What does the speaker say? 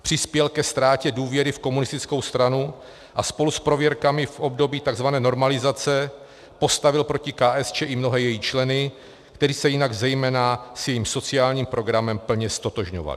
Přispěl ke ztrátě důvěry v komunistickou stranu a spolu s prověrkami v období takzvané normalizace postavil proti KSČ i mnohé její členy, kteří se jinak zejména s jejím sociálním programem plně ztotožňovali.